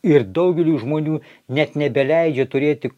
ir daugeliui žmonių net nebeleidžia turėti